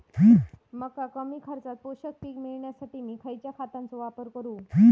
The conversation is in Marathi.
मका कमी खर्चात पोषक पीक मिळण्यासाठी मी खैयच्या खतांचो वापर करू?